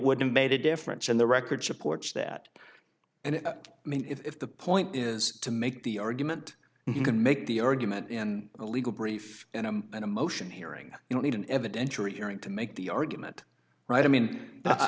wouldn't made a difference in the record supports that and i mean if the point is to make the argument you can make the argument in a legal brief and i'm an emotion hearing you don't need an evidentiary hearing to make the argument right i mean i